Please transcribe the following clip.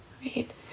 right